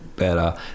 better